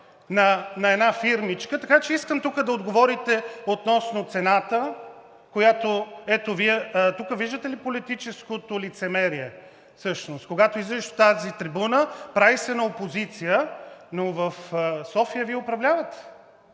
на една фирмичка. Така че искам тук да отговорите относно цената, която… Тук виждате ли политическото лицемерие? Всъщност, когато излизаш на тази трибуна, правиш се на опозиция, но в София Вие управлявате.